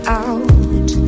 out